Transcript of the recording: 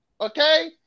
okay